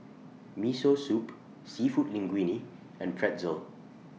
Miso Soup Seafood Linguine and Pretzel